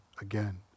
again